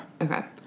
Okay